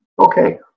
Okay